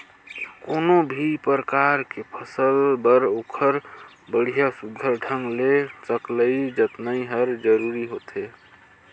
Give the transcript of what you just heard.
कोनो भी परकार के फसल बर ओखर बड़िया सुग्घर ढंग ले सकलई जतनई हर जरूरी होथे